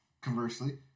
Conversely